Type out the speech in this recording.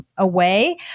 away